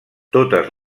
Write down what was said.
totes